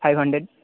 five hundred